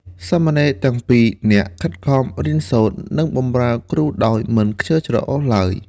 សាមណេរទាំងពីរនាក់ខិតខំរៀនសូត្រ និងបម្រើគ្រូដោយមិនខ្ជិលច្រអូសឡើយ។